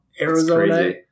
Arizona